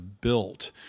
built